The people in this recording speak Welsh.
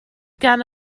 gan